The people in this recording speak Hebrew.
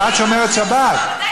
כי את שומרת שבת.